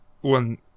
One